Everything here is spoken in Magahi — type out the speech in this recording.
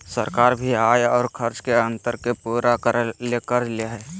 सरकार भी आय और खर्च के अंतर के पूरा करय ले कर्ज ले हइ